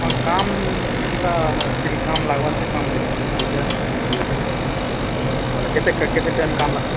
ହଁ କାମ୍ କେନ୍ତା ଠିକ୍ କାମ୍ ଲାଗ୍ବା ସେ କାମ୍ ଦେଇ ଫରି ଫିଜ ଆଜ୍ଞା ବୁଝିଲେ ବୋଲେ କେତେ କେତେ ଟାଇମ୍ କାମ୍ ରଖ